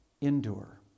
endure